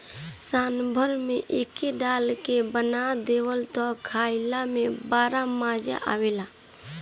सांभर में एके डाल के बना दअ तअ खाइला में बड़ा मजा आवेला